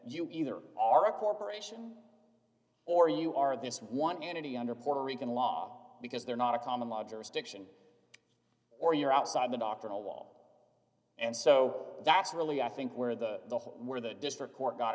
you either are a corporation or you are this one entity under puerto rican law because they're not a common law jurisdiction or you're outside the doctrinal wall and so that's really i think where the where the district court got